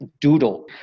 doodle